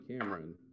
Cameron